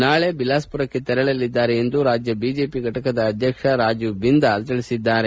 ನಾಳೆ ಬಿಲಾಸ್ಪುರಕ್ಕೆ ತೆರಳಲಿದ್ದಾರೆ ಎಂದು ರಾಜ್ಯ ಬಿಜೆಪಿ ಘಟಕದ ಅಧ್ಯಕ್ಷ ರಾಜೀವ್ ಬಿಂದಾಲ್ ತಿಳಿಸಿದ್ದಾರೆ